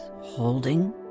holding